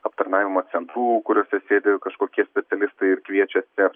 aptarnavimo centrų kuriuose sėdi kažkokie specialistai ir kviečiasi